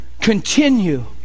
continue